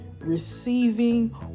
receiving